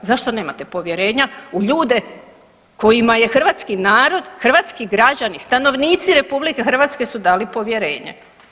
Zašto nemate povjerenja u ljude kojima je hrvatski narod, hrvatski građani, stanovnici RH su dali povjerenje?